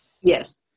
yes